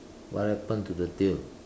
what happened to the tail